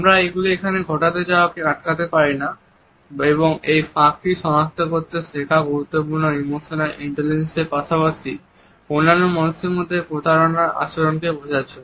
আমরা এগুলি ঘটে যাওয়াকে আটকাতে পারি না এবং এই ফাঁকটি সনাক্ত করতে শেখা গুরুত্বপূর্ণ ইমোশনাল ইন্টেলিজেন্স এর পাশাপাশি অন্যান্য মানুষের মধ্যে প্রতারণার আচরণকে বোঝার জন্য